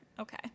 Okay